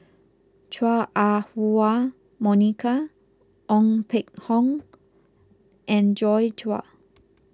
Chua Ah Huwa Monica Ong Peng Hock and Joi Chua